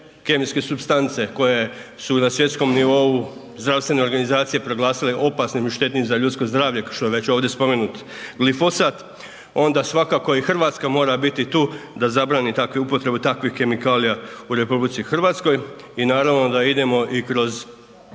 kemijske supstance koje su na svjetskom nivou zdravstvene organizacije proglasile opasnim i štetnim za ljudsko zdravlje što je već ovdje spomenut glifosat onda svakako i Hrvatska mora biti tu da zabrani takvu upotrebu takvih kemikalija u RH i naravno da idemo i kroz